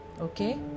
Okay